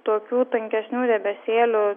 tokių tankesnių debesėlių